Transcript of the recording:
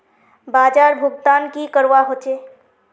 बाजार भुगतान की करवा होचे?